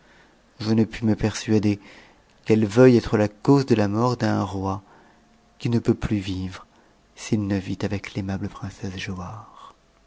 je ne puis me persuader qu'elle veuille être la cause de la mort d'un roi qui ne peut plus vivre s'il ne vit avec l'aimable princesse